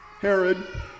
Herod